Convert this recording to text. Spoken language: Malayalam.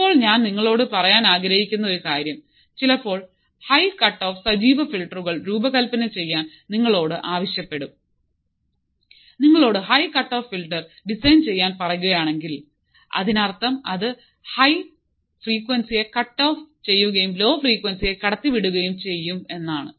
ഇപ്പോൾ ഞാൻ നിങ്ങളോട് പറയാൻ ആഗ്രഹിക്കുന്ന ഒരു കാര്യം ചിലപ്പോൾ ഹൈ കട്ട്ഓഫ് സജീവ ഫിൽട്ടറുകൾ രൂപകൽപ്പന ചെയ്യാൻ നിങ്ങളോട് ആവശ്യപ്പെടും നിങ്ങളോടു high cut off filter design ചെയ്യാൻ പറയുകയാണെങ്കിൽ അതിനർത്ഥം അത് ഹൈ ഫ്രീക്യുൻസിയെ കട്ട് ഓഫ് ചെയ്യുകയും ലോ ഫ്രീക്യുൻസി കടത്തി വിടുകയും ചെയ്യും എന്നാണ്